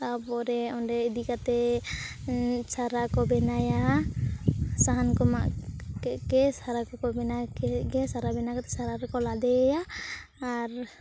ᱛᱟᱨᱯᱚᱨᱮ ᱚᱸᱰᱮ ᱤᱫᱤ ᱠᱟᱛᱮᱫ ᱥᱟᱨᱟᱠᱚ ᱵᱟᱱᱟᱣᱟ ᱥᱟᱦᱟᱱ ᱠᱚ ᱢᱟᱜ ᱠᱮᱫ ᱜᱮ ᱥᱟᱨᱟ ᱠᱚᱠᱚ ᱵᱮᱱᱟᱣ ᱠᱮᱫ ᱜᱮ ᱥᱟᱨᱟ ᱵᱮᱱᱟᱣ ᱠᱟᱛᱮᱫ ᱥᱟᱨᱟ ᱨᱮᱠᱚ ᱞᱟᱫᱮᱭᱮᱭᱟ ᱟᱨ